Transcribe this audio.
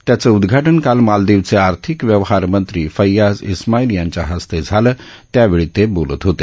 त्याचं उद्धाटन काल मालदीवचे आर्थिक व्यवहारमंत्री फय्याझ इस्माईल यांच्या हस्ते झालं त्यावेळी ते बोलत होते